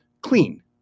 clean